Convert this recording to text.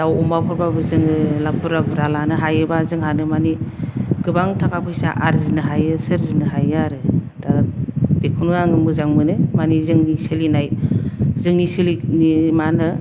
दाव अमाफोरबाबो जोङो ला बुर्जा बुर्जा लानो हायोबा जोंहानो मानि गोबां थाखा फैसा आर्जिनो हायो सोरजिनो हायो आरो दा बेखौनो आङो मोजां मोनो मानि जोंनि सोलिनाय जोंनि सोलिनि मा होनो